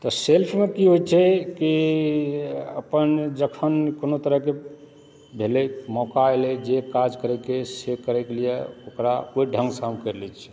तऽ सेल्फमे की होइत छै की अपन जखन कोनो तरहके भेलै मौका एलै जे काज करैके से करैकऽ लिए ओकरा ओहि ढङ्गसँ हम कऽ लैत छियै